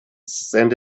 send